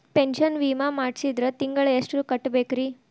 Pension ವಿಮಾ ಮಾಡ್ಸಿದ್ರ ತಿಂಗಳ ಎಷ್ಟು ಕಟ್ಬೇಕ್ರಿ?